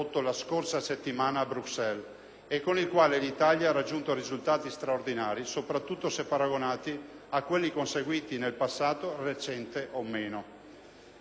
e con il quale l'Italia ha raggiunto risultati straordinari, soprattutto se paragonati a quelli conseguiti nel passato, recente o meno. Prima di tutto il futuro del latte: